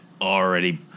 already